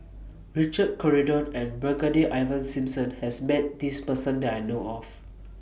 Richard Corridon and Brigadier Ivan Simson has Met This Person that I know of